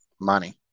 money